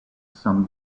some